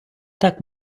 так